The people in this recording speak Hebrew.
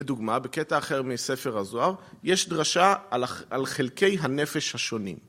דוגמה בקטע אחר מספר הזוהר, יש דרשה על חלקי הנפש השונים.